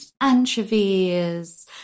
anchovies